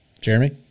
Jeremy